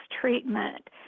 treatment